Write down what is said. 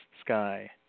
sky